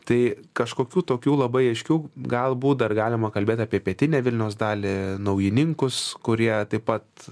tai kažkokių tokių labai aiškių galbūt dar galima kalbėt apie pietinę vilniaus dalį naujininkus kurie taip pat